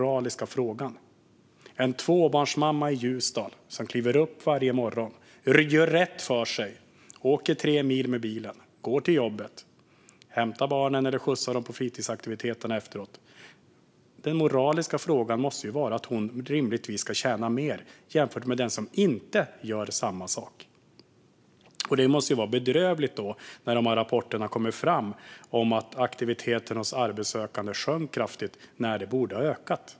Låt oss som exempel ta en tvåbarnsmamma i Ljusdal som kliver upp varje morgon och gör rätt för sig, åker tre mil med bilen, går till jobbet, hämtar barnen eller skjutsar dem till fritidsaktiviteter efteråt. Det moraliska i detta borde vara att hon rimligtvis ska tjäna mer jämfört med den som inte gör samma sak. Det måste kännas bedrövligt när det kommer rapporter om att aktiviteten kraftigt sjönk när den borde ha ökat.